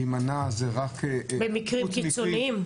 להימנע זה רק --- במקרים קיצוניים.